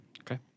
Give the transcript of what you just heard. Okay